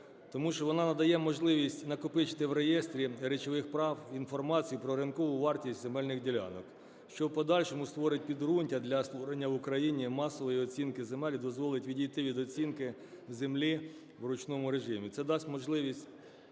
Тому що вона надає можливість накопичити в реєстрі речових прав інформацію про ринкову вартість земельних ділянок, що в подальшому створить підґрунтя для створення в Україні масової оцінки земель і дозволить відійти від оцінки землі в ручному режимі. Це дасть можливість